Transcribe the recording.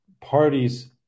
parties